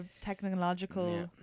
technological